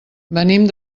venim